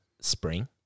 spring